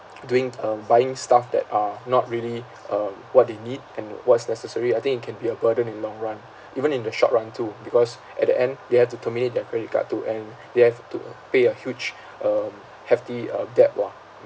doing um buying stuff that are not really um what they need and what's necessary I think it can be a burden in long run even in the short run too because at the end they have to terminate their credit card too and they have to pay a huge um hefty uh debt [what]